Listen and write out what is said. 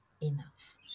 enough